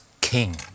King